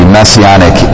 Messianic